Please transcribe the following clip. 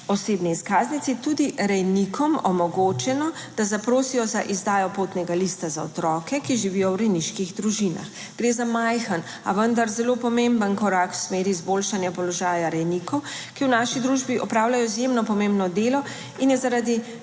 osebni izkaznici, tudi rejnikom omogočeno, da zaprosijo za izdajo potnega lista za otroke, ki živijo v rejniških družinah. Gre za majhen, a vendar zelo pomemben korak v smeri izboljšanja položaja rejnikov, **19. TRAK: (NB) – 10.30** (Nadaljevanje) ki v naši družbi opravljajo izjemno pomembno delo In je zaradi